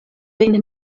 vin